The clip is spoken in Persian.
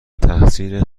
تاثیر